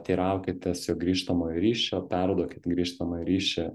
teiraukitės jo grįžtamojo ryšio perduokit grįžtamąjį ryšį